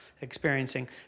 experiencing